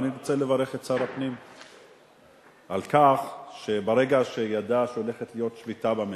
אני רוצה לברך את שר הפנים על כך שברגע שידע שהולכת להיות שביתה במשק,